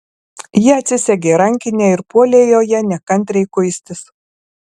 ji atsisegė rankinę ir puolė joje nekantriai kuistis